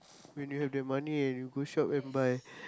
when you have the money and you go shop and buy